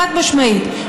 חד-משמעית,